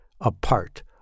apart